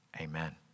Amen